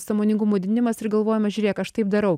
sąmoningumo didinimas ir galvojama žiūrėk aš taip darau